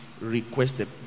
requested